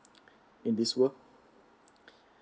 in this world